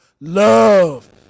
Love